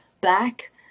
back